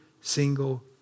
single